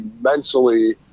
mentally